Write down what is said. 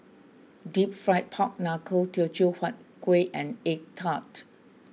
Deep Fried Pork Knuckle Teochew Huat Kueh and Egg Tart